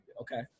Okay